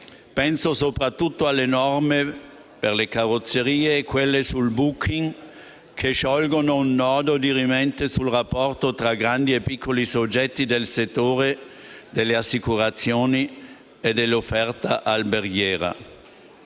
Penso soprattutto alle norme per le carrozzerie e quelle sul *booking* che sciolgono un nodo dirimente sul rapporto tra grandi e piccoli soggetti del settore delle assicurazioni e dell'offerta alberghiera.